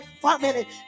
family